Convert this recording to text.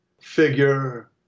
figure